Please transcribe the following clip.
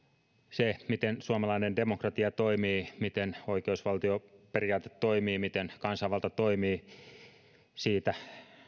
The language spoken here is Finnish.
se miten suomalainen demokratia toimii miten oikeusvaltioperiaate toimii miten kansanvalta toimii siitä